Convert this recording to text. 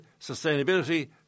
Sustainability